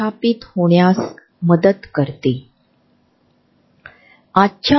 प्रॉक्सॅमिक्सची उत्पत्ती 'निकटता' या शब्दापासून होते जी नातेसंबंधातील निकटता दर्शवते